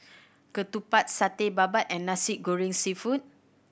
ketupat Satay Babat and Nasi Goreng Seafood